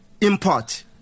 import